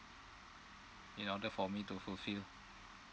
in order for me to fulfill